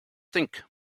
think